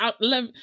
let